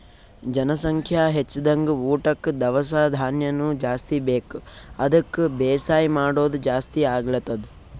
ಜನಸಂಖ್ಯಾ ಹೆಚ್ದಂಗ್ ಊಟಕ್ಕ್ ದವಸ ಧಾನ್ಯನು ಜಾಸ್ತಿ ಬೇಕ್ ಅದಕ್ಕ್ ಬೇಸಾಯ್ ಮಾಡೋದ್ ಜಾಸ್ತಿ ಆಗ್ಲತದ್